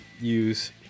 use